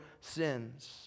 sins